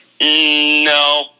no